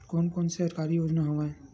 कोन कोन से सरकारी योजना हवय?